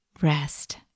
rest